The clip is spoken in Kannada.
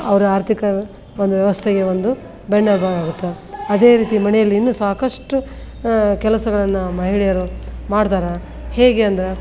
ಅವರ ಆರ್ಥಿಕ ಒಂದು ವ್ಯವಸ್ಥೆಯ ಒಂದು ಬೆನ್ನೆಲುಬು ಆಗುತ್ತೆ ಅದೇ ರೀತಿ ಮನೆಯಲ್ಲಿ ಇನ್ನು ಸಾಕಷ್ಟು ಕೆಲಸಗಳನ್ನು ಮಹಿಳೆಯರು ಮಾಡ್ತಾರೆ ಹೇಗೆ ಅಂದ್ರೆ